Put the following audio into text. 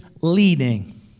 leading